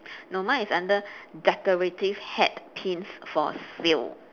no mine is under decorative hat pins for sale